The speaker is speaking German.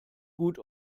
gut